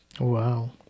Wow